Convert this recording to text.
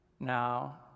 now